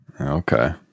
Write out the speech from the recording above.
Okay